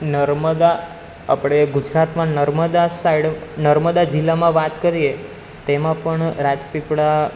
નર્મદા આપણે ગુજરાતમાં નર્મદા સાઇડ નર્મદા જિલ્લામાં વાત કરીએ તેમાં પણ રાજપીપળા